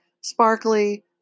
sparkly